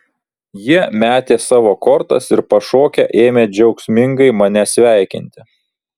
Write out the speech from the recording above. jie metė savo kortas ir pašokę ėmė džiaugsmingai mane sveikinti